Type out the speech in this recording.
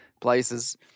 places